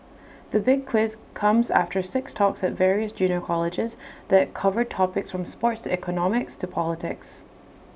the big quiz comes after six talks at various junior colleges that covered topics from sports economics to politics